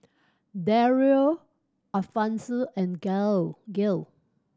Dario Alphonsus and Gail Gail